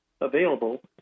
available